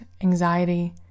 anxiety